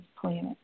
planet